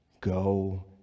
go